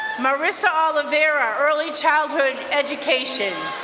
marissa olivera, early childhood education.